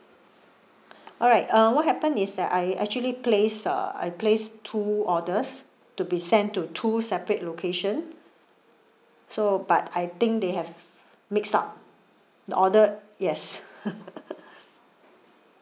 alright uh what happened is that I actually placed uh I placed two orders to be sent to two separate location so but I think they have mixed up the order yes